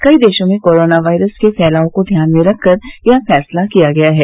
कई देशों में कोरोना वायरस के फैलाव को ध्यान में रखकर यह फैसला किया गया है